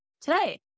today